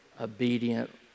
obedient